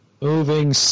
Moving